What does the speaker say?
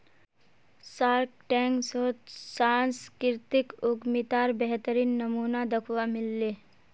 Shark Tank शोत सांस्कृतिक उद्यमितार बेहतरीन नमूना दखवा मिल ले